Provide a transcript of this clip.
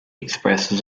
expresses